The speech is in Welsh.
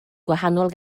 gwahanol